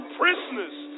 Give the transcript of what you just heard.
prisoners